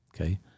Okay